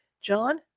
John